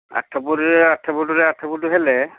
ଆଠ ଫୁଟ୍ରେ ଆଠ ଫୁଟ୍ ଆଠ ଫୁଟ୍ ହେଲେ